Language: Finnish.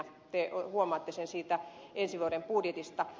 te huomaatte sen siitä ensi vuoden budjetista